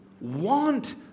Want